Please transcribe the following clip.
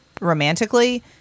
romantically